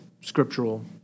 scriptural